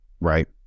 right